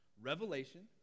Revelation